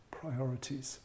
priorities